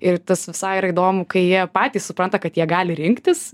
ir visai yra įdomu kai jie patys supranta kad jie gali rinktis